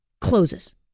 closes